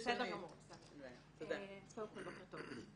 בוקר טוב,